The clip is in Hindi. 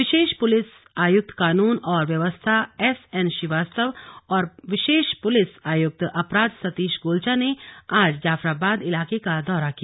विशेष पुलिस आयुक्त कानून और व्यवस्था एस एन श्रीवास्तव और विशेष पुलिस आयुक्त अपराध सतीश गोलचा ने आज जाफराबाद इलाके का दौरा किया